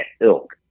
ilk